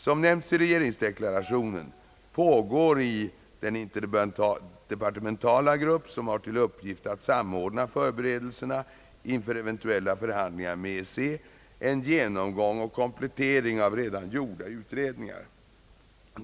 Som nämnts i regeringsdeklarationen pågår i den interdepartementala grupp, som har till uppgift att samordna förberedelserna inför eventuella förhandlingar med EEC, en genomgång och komplettering av redan gjorda utredningar.